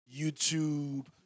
YouTube